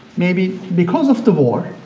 maybe because of the war,